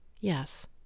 Yes